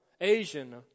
Asian